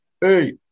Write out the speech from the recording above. Hey